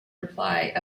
reply